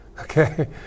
Okay